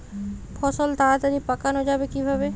ফসল তাড়াতাড়ি পাকানো যাবে কিভাবে?